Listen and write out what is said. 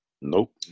Nope